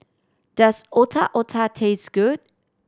does Otak Otak taste good